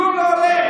כלום לא עולה?